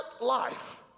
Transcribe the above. life